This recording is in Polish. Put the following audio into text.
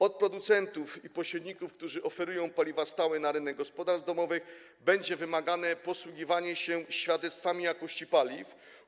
Od producentów i pośredników, którzy oferują paliwa stałe na rynek gospodarstw domowych, będzie wymagane posługiwanie się świadectwami jakości paliw.